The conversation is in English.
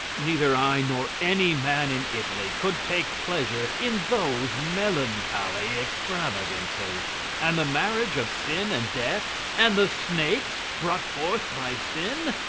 neither i nor any man in italy could take pleasure in those melancholy extravagances and the marriage of sin and death, and the snakes brought forth by sin,